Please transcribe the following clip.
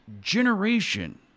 generation